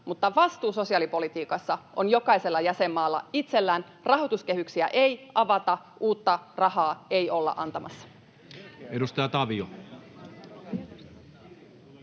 Mutta vastuu sosiaalipolitiikassa on jokaisella jäsenmaalla itsellään, rahoituskehyksiä ei avata, uutta rahaa ei olla antamassa.